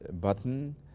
button